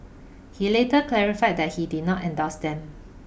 he later clarify that he did not endorse them